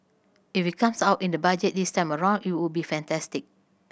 if it comes out in the Budget this time around it would be fantastic